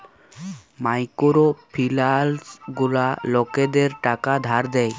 micro ফিলালস গুলা লকদের টাকা ধার দেয়